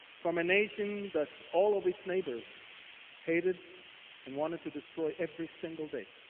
from a nation that all of its neighbors hated and wanted to destroy every single day.